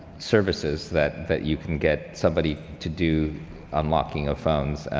services that that you can get somebody to do unlocking of phones.